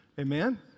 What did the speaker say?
Amen